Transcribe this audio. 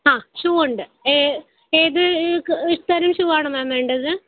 ആ ഷൂ ഉണ്ട് ഏ ഏത് ഇ തരം ഷൂ ആണ് മാം വേണ്ടത്